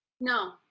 No